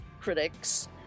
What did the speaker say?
critics